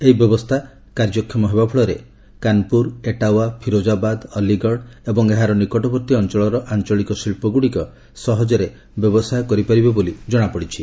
ଏହି ବ୍ୟବସ୍ଥା କାର୍ଯ୍ୟକ୍ଷମ ହେବା ଫଳରେ କାନ୍ପୁର ଏଟାୱା ଫିରୋଜାବାଦ୍ ଅଲ୍ଲିଗଡ଼ ଏବଂ ଏହାର ନିକଟବର୍ତ୍ତୀ ଅଞ୍ଚଳର ଆଞ୍ଚଳିକ ଶିଳ୍ପଗୁଡ଼ିକ ସହଜରେ ବ୍ୟବସାୟ କରିପାରିବେ ବୋଲି ଜଣାପଡିଛି